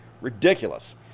Ridiculous